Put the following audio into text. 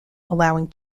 allowing